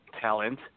talent